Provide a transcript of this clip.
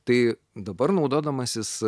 tai dabar naudodamasis